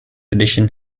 edition